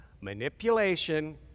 manipulation